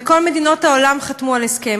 וכל מדינות העולם חתמו על הסכם.